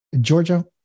Georgia